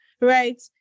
right